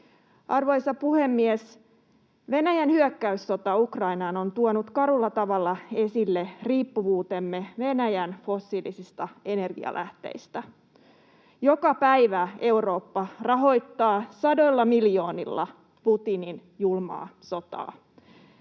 Arvoisa puhemies! Venäjän hyökkäyssota Ukrainaan on tuonut karulla tavalla esille riippuvuutemme Venäjän fossiilisista energialähteistä. Joka päivä Eurooppa rahoittaa sadoilla miljoonilla Putinin julmaa sotaa.